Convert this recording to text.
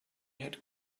had